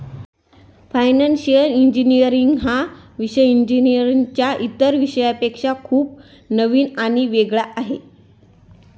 financial engineering हा विषय इंजिनीअरिंगच्या इतर विषयांपेक्षा खूप नवीन आणि वेगळा आहे